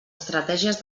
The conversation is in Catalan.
estratègies